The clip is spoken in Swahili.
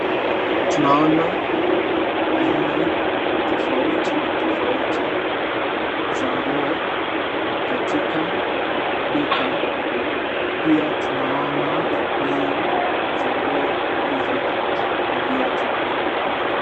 Tunaona aina tofauti tofauti za nguo katika duka. Pia tunaona bei za nguo hizo na viatu.